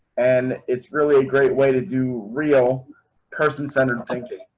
and it's really a great way to do real person centered thinking